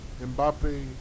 Mbappe